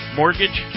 mortgage